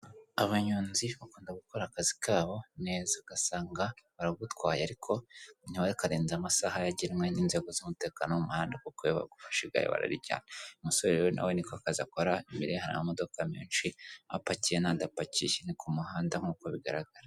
Abanyonzi bakunda gukora akazi kabo neza. Ugasanga baragutwaye ariko ntibakarenze amasaha yagenwe n'inzego z'umutekano wo mu muhanda kuko iyo bagufashe igare bararijyana. Uyu umusore na we ni ko kazi akora, imbere ye hari amamodoka menshi, apakiye n'andi apakiye. Ni ku muhanda nk'uko bigaragara.